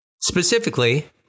Specifically